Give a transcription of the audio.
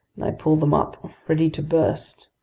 and i pull them up ready to burst.